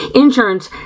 insurance